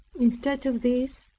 instead of this,